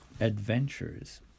adventures